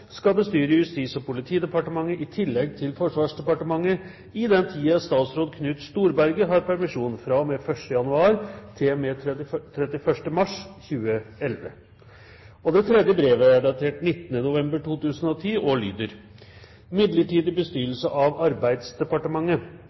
skal bestyre Justis- og politidepartementet i tillegg til Forsvarsdepartementet i den tiden statsråd Knut Storberget har permisjon, fra og med 1. januar til og med 31. mars 2011.» Det tredje brevet, datert 19. november 2010, lyder: «Midlertidig bestyrelse av Arbeidsdepartementet